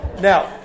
Now